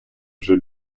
вже